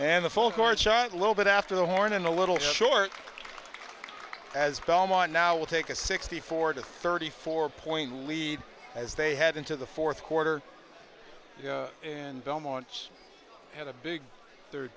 shot a little bit after the horn and a little short as belmont now will take a sixty four to thirty four point lead as they head into the fourth quarter and belmont's had a big third